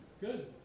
Good